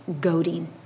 goading